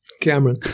Cameron